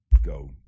go